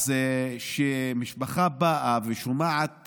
אז כאשר משפחה באה ושומעת